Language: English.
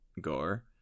Gar